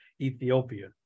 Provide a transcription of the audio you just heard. Ethiopia